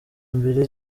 mbere